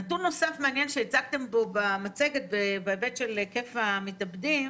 נתון נוסף מעניין שהצגתם פה במצגת בהיבט של היקף המתאבדים,